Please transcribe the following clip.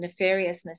nefariousness